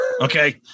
Okay